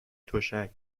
تشک